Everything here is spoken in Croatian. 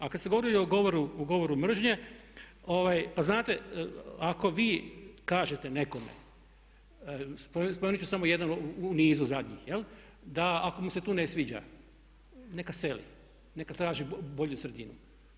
A kad ste govorili o govoru mržnje pa znate ako vi kažete nekome, spomenut ću samo jedan u nizu zadnjih, da ako mu se te ne sviđa neka seli, neka traži bolju sredinu.